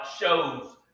shows